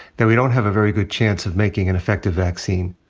then we don't have a very good chance of making an effective vaccine.